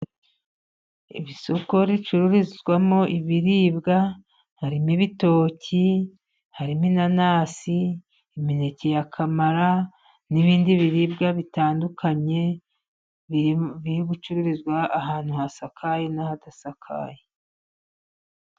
Iri soko ricururizwamo ibiribwa . Harimo ibitoki, harimo inanasi ,imineke ya kamara n'ibindi biribwa bitandukanye. Biri gucururizwa ahantu hasakaye n'ahadasakaye.